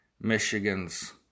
Michigan's